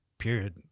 period